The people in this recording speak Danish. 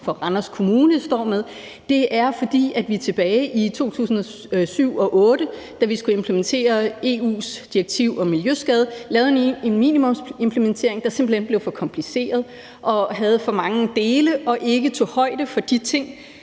også Randers Kommune står med, vedrører, at vi, da vi tilbage i 2007 og 2008 skulle implementere EU's direktiv om miljøskader, lavede en minimumsimplementering, der simpelt hen blev for kompliceret; den indeholdt for mange dele og tog ikke højde for de ting,